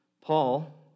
Paul